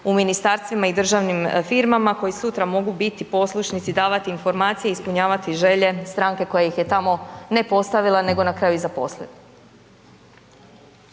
u ministarstvima i državnim firmama koji sutra mogu biti poslušnici, davati informacije, ispunjavati želje stranke koja ih je tamo ne postavila nego na kraju i zaposlila.